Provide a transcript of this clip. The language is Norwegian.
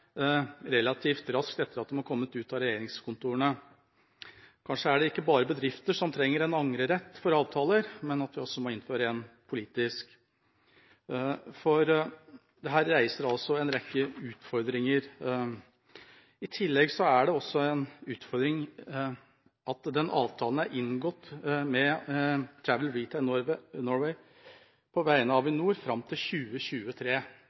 relativt raskt etter at de har kommet ut av regjeringskontorene. Kanskje er det ikke bare bedrifter som trenger en angrerett for avtaler, kanskje må man også innføre en politisk, for dette reiser en rekke utfordringer. I tillegg er det en utfordring at avtalen er inngått med Travel Retail Norway på vegne av Avinor fram til 2023.